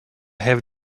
have